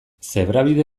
zebrabide